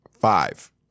Five